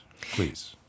please